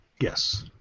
Yes